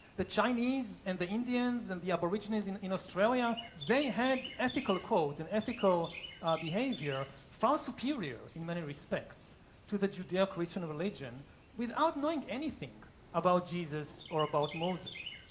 the chinese and the indians and the aborigines in in australia, they had ethical codes and ethical behavior far superior in many respects to the judeo-christian religion without without knowing anything about jesus or about moses.